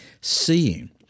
Seeing